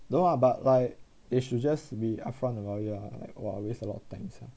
no ah but like they should just be upfront about it lah like !wah! waste a lot of times ah